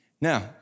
Now